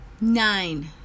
Nine